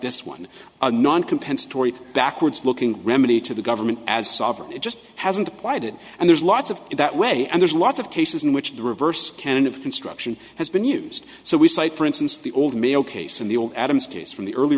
this one a non compensatory backwards looking remedy to the government as sovereign it just hasn't applied it and there's lots of it that way and there's lots of cases in which the reverse can of construction has been used so we cite for instance the old male case in the old adams case from the early